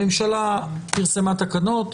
הממשלה פרסמה תקנות,